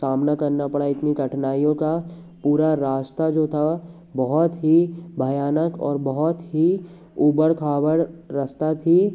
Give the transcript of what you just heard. सामना करना पड़ा इतनी कठिनाइयों का पूरा रास्ता जो था बहुत ही भयानक और बहुत ही उबड़ खाबड़ रास्ता थी